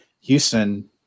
Houston